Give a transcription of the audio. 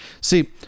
see